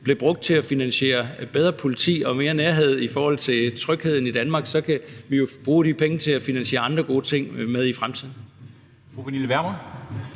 bliver brugt til at finansiere bedre politi og mere nærhed i forhold til trygheden i Danmark, kan vi jo bruge de penge til at finansiere andre gode ting i fremtiden.